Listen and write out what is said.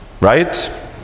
Right